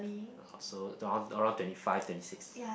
I hope so around around twenty five twenty six